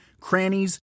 crannies